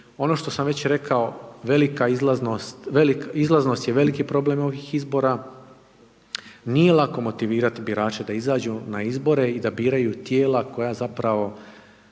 Ono što sam već rekao, velika izlaznost, izlaznost je veliki problem ovih izbora, nije lako motivirati birače da izađu na izbore i da biraju tijela koja zapravo